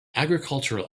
agricultural